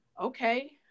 Okay